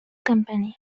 company